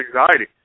anxiety